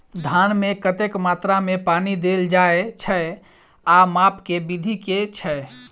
धान मे कतेक मात्रा मे पानि देल जाएँ छैय आ माप केँ विधि केँ छैय?